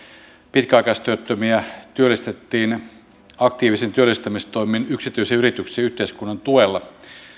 pitkäaikaistyöttömiä työllistettiin aktiivisin työllistämistoimin yksityisiin yrityksiin yhteiskunnan tuella